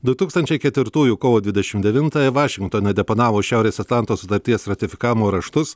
du tūkstančiai ketvirtųjų kovo dvidešim devintąją vašingtone deponavus šiaurės atlanto sutarties ratifikavimo raštus